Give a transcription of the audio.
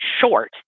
short